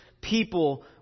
people